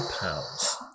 pounds